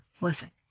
Listen